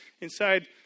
inside